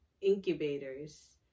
incubators